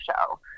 show